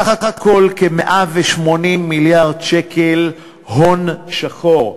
סך הכול כ-180 מיליארד שקל הון שחור,